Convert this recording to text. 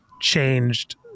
changed